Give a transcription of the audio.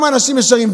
הם אנשים ישרים,